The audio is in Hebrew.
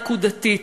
הנקודתית.